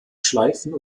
schleifen